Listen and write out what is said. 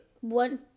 One